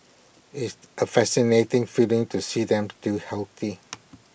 it's A fascinating feeling to see them still healthy